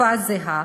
בתקופה הזהה,